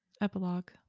Epilogue